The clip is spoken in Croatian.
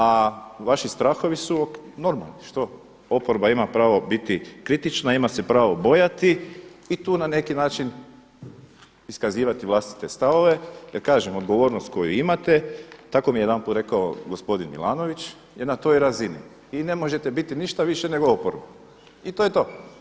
A vaši strahovi su normalno, što, oporba ima pravo biti kritična, ima se pravo bojati i tu na neki način iskazivati vlastite stavove, jer kažem odgovornost koju imate, tako mi je jedanput rekao gospodin Milanović, je na toj razini i ne možete biti ništa više nego oporba i to je to.